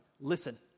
Listen